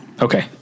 Okay